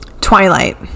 Twilight